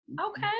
Okay